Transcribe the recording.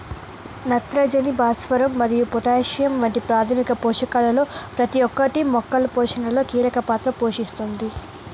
నత్రజని, భాస్వరం మరియు పొటాషియం వంటి ప్రాథమిక పోషకాలలో ప్రతి ఒక్కటి మొక్కల పోషణలో కీలక పాత్ర పోషిస్తుంది